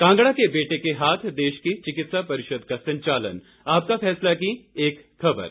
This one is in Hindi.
कांगड़ा के बेटे के हाथ देश की चिकित्सा परिषद का संचालन आपका फैसला की एक खबर है